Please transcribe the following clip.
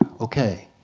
okay,